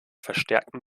verstärkten